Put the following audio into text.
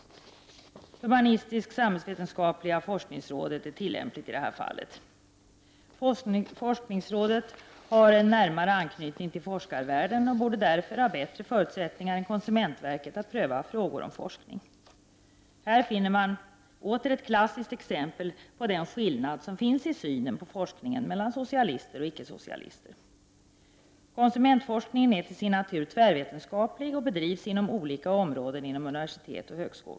Humanistisk-samhällsvetenskapliga forskningsrådet är tilllämpligt i detta fall. Forskningsrådet har en närmare anknytning till forskarvärlden och borde därför ha bättre förutsättningar än konsumentverket att pröva frågor om forskning. Här är åter ett klassiskt exempel på den skillnad som finns i synen på forskningen mellan socialister och icke-socialister. Konsumentforskningen är till sin natur tvärvetenskaplig och bedrivs inom olika områden vid universitet och högskolor.